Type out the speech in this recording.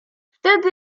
wtedy